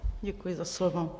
Děkuji za slovo.